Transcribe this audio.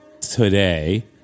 Today